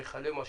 שלום לכולם.